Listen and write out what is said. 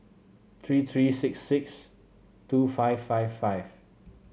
three three six six two five five five